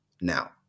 now